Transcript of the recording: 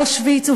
"אושוויץ".